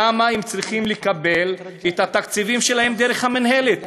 למה הם צריכים לקבל את התקציבים שלהם דרך המינהלת?